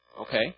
Okay